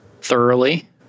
thoroughly